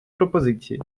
пропозиції